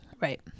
Right